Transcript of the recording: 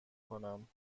کنم